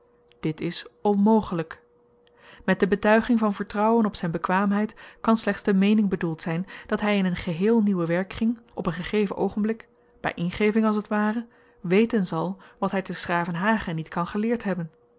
dit is onmogelyk met de betuiging van vertrouwen op zyn bekwaamheid kan slechts de meening bedoeld zyn dat hy in een geheel nieuwen werkkring op een gegeven oogenblik by ingeving als t ware weten zal wat hy te s gravenhage niet kan geleerd hebben